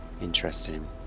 Interesting